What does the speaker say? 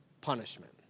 punishment